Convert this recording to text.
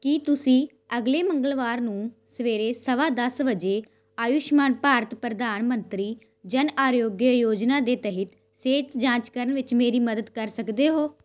ਕੀ ਤੁਸੀਂ ਅਗਲੇ ਮੰਗਲਵਾਰ ਨੂੰ ਸਵੇਰੇ ਸਵਾ ਦਸ ਵਜੇ ਆਯੁਸ਼ਮਾਨ ਭਾਰਤ ਪ੍ਰਧਾਨ ਮੰਤਰੀ ਜਨ ਆਰੋਗਯਿਆ ਯੋਜਨਾ ਦੇ ਤਹਿਤ ਸਿਹਤ ਜਾਂਚ ਕਰਨ ਵਿੱਚ ਮੇਰੀ ਮਦਦ ਕਰ ਸਕਦੇ ਹੋ